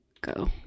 go